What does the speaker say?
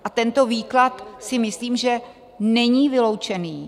A tento výklad si myslím není vyloučený.